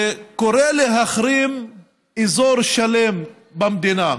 וקורא להחרים אזור שלם במדינה?